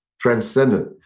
transcendent